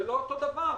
זה לא אותו דבר.